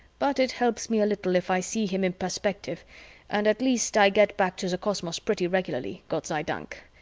but it helps me a little if i see him in perspective and at least i get back to the cosmos pretty regularly, gott sei dank,